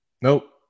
Nope